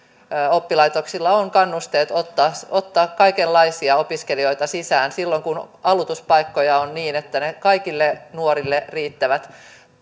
oppilaitoksilla on kannusteet ottaa ottaa kaikenlaisia opiskelijoita sisään silloin kun aloituspaikkoja on niin että ne kaikille nuorille riittävät